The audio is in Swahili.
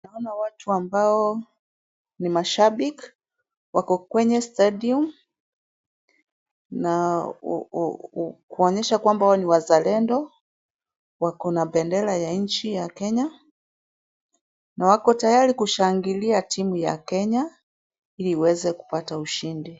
Naona watu ambao ni mashabiki wako kwenye stadium na kuonyesha kwamba wao ni wazalendo wakona bendera ya nchi ya Kenya na wako tayari kushangilia timu ya Kenya ili iweze kupata ushindi.